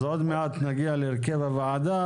אז עוד מעט נגיע להרכב הוועדה